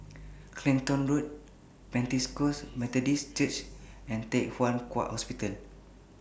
Clacton Road Pentecost Methodist Church and Thye Hua Kwan Hospital